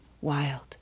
wild